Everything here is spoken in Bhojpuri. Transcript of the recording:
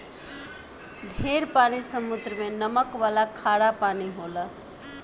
ढेर पानी समुद्र मे नमक वाला खारा पानी होला